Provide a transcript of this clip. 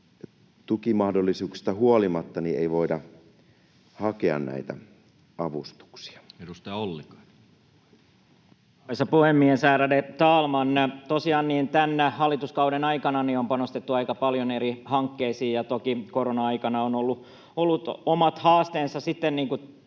tukimahdollisuuksista huolimatta ei voida hakea näitä avustuksia. Edustaja Ollikainen. Arvoisa puhemies, ärade talman! Tosiaan tämän hallituskauden aikana on panostettu aika paljon eri hankkeisiin, ja toki korona-aikana on ollut omat haasteensa